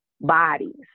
bodies